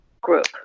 group